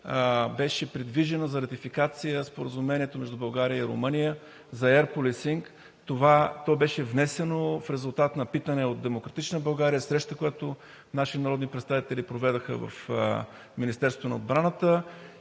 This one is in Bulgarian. беше придвижено за ратификация споразумението между България и Румъния за еърполисинг. То беше внесено в резултат на питане от „Демократична България“, среща, която наши народни представители проведоха в Министерството на отбраната,